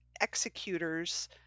executors